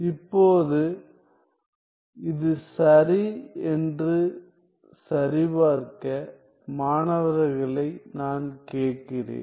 இப்போது இது சரி என்று சரிபார்க்க மாணவர்களை நான் கேட்கிறேன்